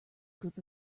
group